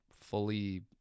fully